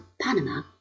Panama